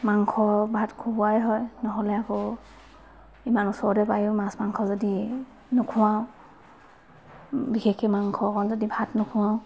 মাংস ভাত খোওৱাই হয় নহ'লে আকৌ ইমান ওচৰতে পায়ো যদি মাংস মাংস নোখোৱাওঁ বিশেষকৈ মাংস অকণ যদি ভাত নোখোৱাওঁ